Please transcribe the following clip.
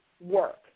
work